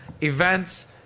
events